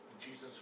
Jesus